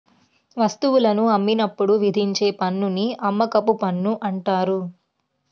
వస్తువులను అమ్మినప్పుడు విధించే పన్నుని అమ్మకపు పన్ను అంటారు